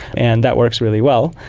and that works really well.